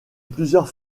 plusieurs